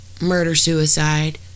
murder-suicide